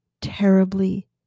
terribly